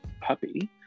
puppy